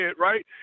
right